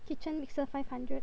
kitchen mixer five hundred